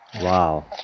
wow